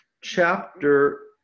chapter